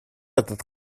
этот